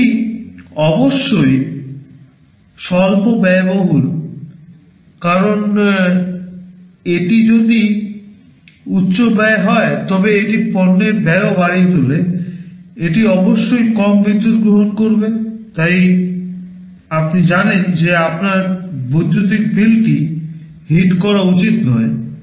এটি অবশ্যই স্বল্প ব্যয়বহুল কারণ এটি যদি উচ্চ ব্যয় হয় তবে এটি পণ্যের ব্যয়ও বাড়িয়ে তোলে এটি অবশ্যই কম বিদ্যুত গ্রহণ করবে তাই আপনি জানেন যে আপনার বৈদ্যুতিক বিলটি হিট করা উচিত নয়